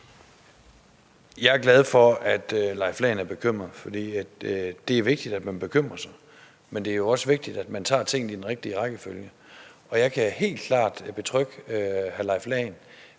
Jeg er glad for, at hr. Leif Lahn Jensen er bekymret, for det er vigtigt, at man bekymrer sig. Men det er jo også vigtigt, at man tager tingene i den rigtige rækkefølge, og jeg kan helt klart betrygge hr. Leif Lahn